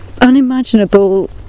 unimaginable